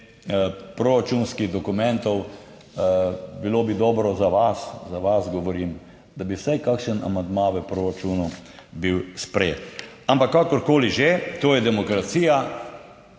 proračunskih dokumentov. Bilo bi dobro za vas, za vas govorim, da bi vsaj kakšen amandma v proračunu bil sprejet. Ampak kakorkoli že, to je demokracija,